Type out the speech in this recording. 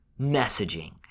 messaging